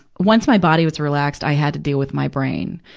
once my body was relaxed, i had to deal with my brain.